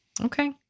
Okay